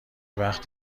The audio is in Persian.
وقتی